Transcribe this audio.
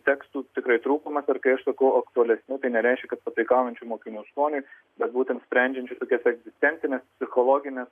tekstų tikrai trūkumas ir kai aš sakau aktualesni tai nereiškia kad pataikaujančių mokinių skoniui bet būtent sprendžiančius tokias egzistencines psichologines